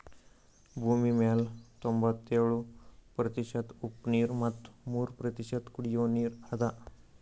ಭೂಮಿಮ್ಯಾಲ್ ತೊಂಬತ್ಯೋಳು ಪ್ರತಿಷತ್ ಉಪ್ಪ್ ನೀರ್ ಮತ್ ಮೂರ್ ಪ್ರತಿಷತ್ ಕುಡಿಯೋ ನೀರ್ ಅದಾ